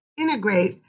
integrate